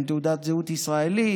עם תעודת זהות ישראלית,